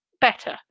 better